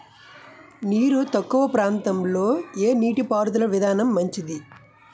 నీరు తక్కువ ప్రాంతంలో ఏ నీటిపారుదల విధానం మంచిది?